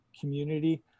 community